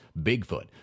Bigfoot